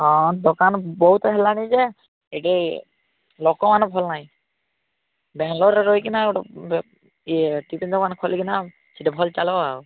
ହଁ ଦୋକାନ ବହୁତ ହେଲାଣି ଯେ ଏଠି ଲୋକମାନେ ଭଲ ନାହିଁ ବ୍ୟାଙ୍ଗଲୋରରେ ରହିକି ଗୋଟେ ଇଏ ଟିଫିନ୍ ଦୋକାନ ଖୋଲିକି ସେଠି ଭଲ ଚାଲିବ ଆଉ